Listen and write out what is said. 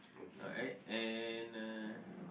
alright and uh